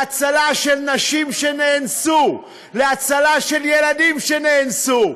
להצלה של נשים שנאנסו, להצלה של ילדים שנאנסו.